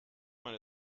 meine